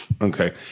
Okay